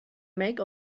make